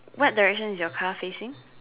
what direction is your car facing